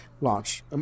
launch